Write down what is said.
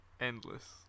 Endless